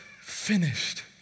finished